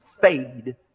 fade